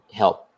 help